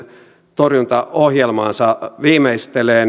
torjuntaohjelmaansa viimeistelee